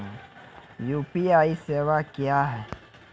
UPI सेवा क्या हैं?